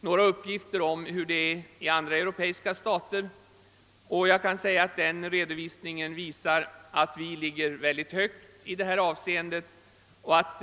några uppgifter om giftermålsåldrarna i andra europeiska stater, och de uppgifterna visar, att vi ligger mycket högt.